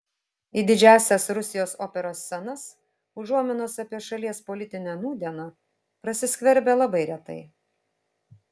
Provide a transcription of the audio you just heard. į didžiąsias rusijos operos scenas užuominos apie šalies politinę nūdieną prasiskverbia labai retai